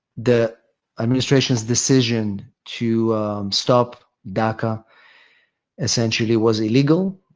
the administration's decision to stop daca essentially was illegal.